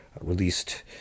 released